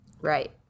Right